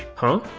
huh,